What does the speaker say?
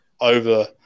over